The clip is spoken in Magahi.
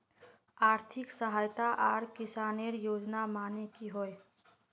आर्थिक सहायता आर किसानेर योजना माने की होय?